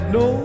no